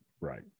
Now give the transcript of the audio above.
Right